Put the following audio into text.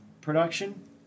production